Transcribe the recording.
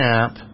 app